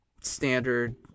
standard